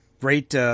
great